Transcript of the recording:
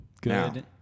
good